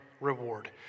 reward